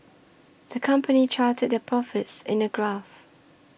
the company charted their profits in a graph